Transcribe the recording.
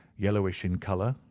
yellowish in colour,